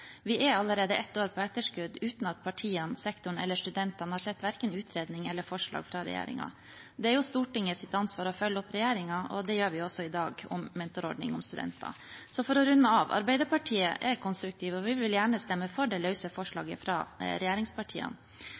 Vi er allerede ett år på etterskudd, uten at partiene, sektoren eller studentene har sett verken utredning eller forslag fra regjeringen. Det er jo Stortingets ansvar å følge opp regjeringen, og det gjør vi i dag i spørsmålet om mentorordning for studenter. For å runde av: Arbeiderpartiet er konstruktive, og vi vil gjerne stemme for det løse forslaget fra regjeringspartiene.